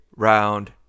Round